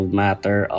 matter